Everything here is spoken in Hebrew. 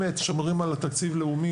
לא יותר מזה כשמדברים על תקציב לאומי,